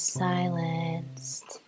silenced